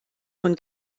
von